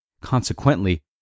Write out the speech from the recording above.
Consequently